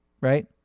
right